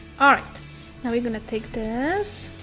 ah right. now we're going to take this